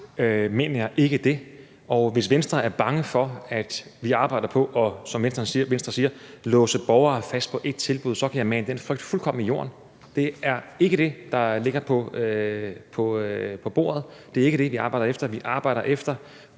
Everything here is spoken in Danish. mener jeg ikke det, og hvis Venstre er bange for, at vi, som Venstre siger, arbejder på at låse borgere fast på ét tilbud, så kan jeg fuldkommen mane den frygt i jorden. Det er ikke det, der ligger på bordet. Det er ikke det, vi arbejder efter. Vi arbejder efter